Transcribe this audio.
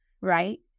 right